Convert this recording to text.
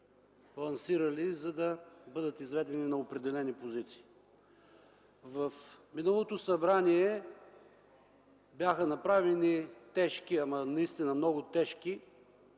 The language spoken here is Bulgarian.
лансирали, за да бъдат изведени на определени позиции. В миналото събрание бяха направени наистина много тежки